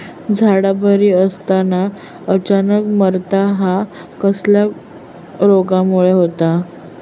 झाडा बरी असताना अचानक मरता हया कसल्या रोगामुळे होता?